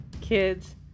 kids